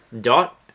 Dot